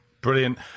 brilliant